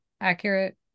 accurate